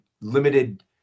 limited